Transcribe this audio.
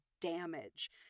damage